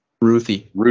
Ruthie